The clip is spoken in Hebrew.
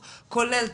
קורונה,